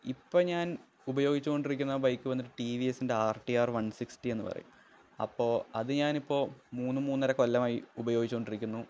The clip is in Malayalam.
ഇപ്പോള് ഞാന് ഉപയോഗിച്ചുകൊണ്ടിരിക്കുന്ന ബൈക്ക് വന്നിട്ട് ടി വി എസിന്റെ R T R one sixty എന്ന് പറയും അപ്പോള് അത് ഞാനിപ്പോള് മൂന്ന് മൂന്നര കൊല്ലമായി ഉപയോഗിച്ചു കൊണ്ടിരിക്കുന്നു